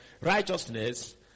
righteousness